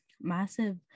massive